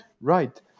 Right